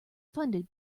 funded